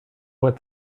what